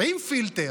עם פילטר,